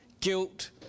guilt